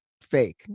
fake